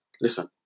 listen